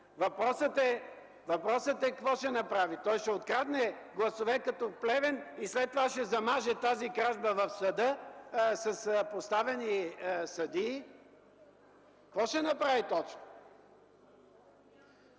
Въпросът е какво ще направи – той ще открадне гласове като в Плевен и след това ще замаже тази кражба в съда с подставени съдии? Какво ще направи точно?!